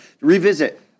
revisit